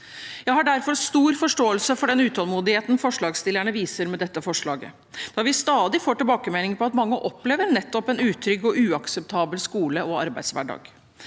Jeg har derfor stor forståelse for den utålmodigheten forslagsstillerne viser med dette forslaget, da vi stadig får tilbakemeldinger om at mange opplever nettopp en utrygg og uakseptabel skole- og arbeidshverdag.